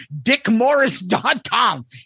dickmorris.com